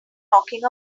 talking